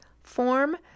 form